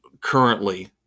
currently